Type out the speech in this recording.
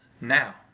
now